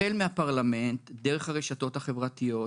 החל מהפרלמנט, דרך הרשתות החברתיות,